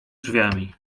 drzwiami